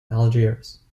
algiers